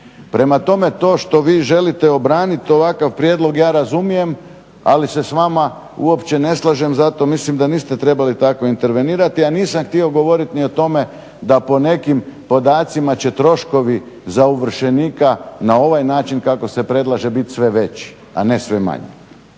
Prema tome to što vi želite obraniti, ovakav prijedlog ja razumijem ali se s vama uopće ne slažem zato mislim da niste trebali tako intervenirati a nisam htio govorit o tome da po nekim podacima će troškovi za ovršenika na ovaj način kako se predlaže biti sve veći a ne sve manji.